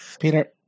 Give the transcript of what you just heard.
Peter